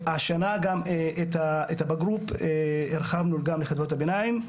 השנה את ה"בגרופ" הרחבנו גם לחטיבות הביניים.